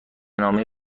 نامه